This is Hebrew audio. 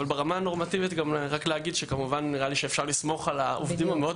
אבל ברמה הנורמטיבית נראה לי שכמובן אפשר לסמוך על העובדים המאוד